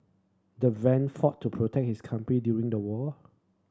the van fought to protect his country during the war